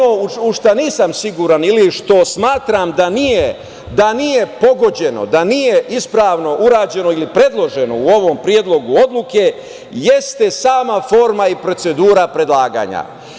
Ono u šta nisam siguran ili što smatram da nije pogođeno, da nije ispravno urađeno i predloženo u ovom Predlogu odluke jeste sama forma i procedura predlaganja.